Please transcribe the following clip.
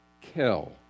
kill